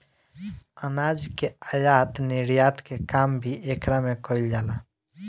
अनाज के आयत निर्यात के काम भी एकरा में कईल जाला